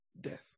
death